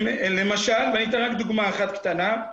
אתן דוגמה אחת קטנה: